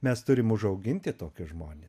mes turim užauginti tokius žmones